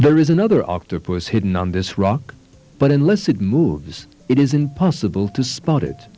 there is another octopus hidden on this rock but unless it moves it is impossible to spot it